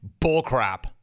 Bullcrap